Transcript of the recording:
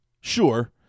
sure